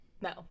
No